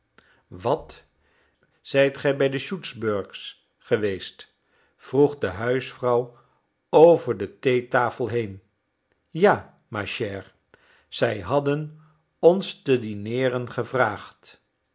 wat zijt ge bij schützburgs geweest vroeg de huisvrouw over de theetafel heen ja ma chère zij hadden ons te dineeren gevraagd